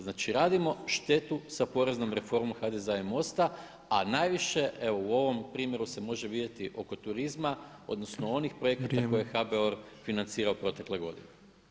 Znači radimo štetu sa poreznom reformom HDZ-a i MOST-a, a najviše u ovom primjeru se može vidjeti oko turizma odnosno oko onih projekta koje je HBOR financirao protekle godine.